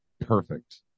perfect